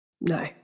no